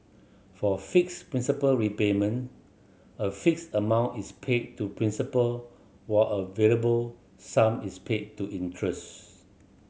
for fixed principal repayment a fixed amount is paid to principal while a variable sum is paid to interest